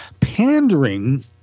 pandering